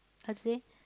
how to say